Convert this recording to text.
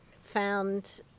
found